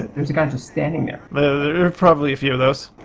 there's a guy just standing there. there are probably a few of those.